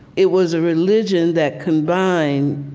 it was a religion that combined